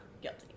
guilty